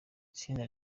itsinda